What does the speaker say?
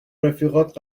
رفیقات